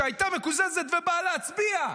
שהייתה מקוזזת ובאה להצביע.